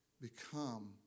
become